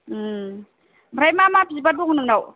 ओमफ्राय मा मा बिबार दं नोंनाव